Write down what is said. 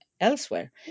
elsewhere